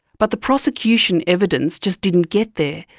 but the prosecution evidence just didn't get there.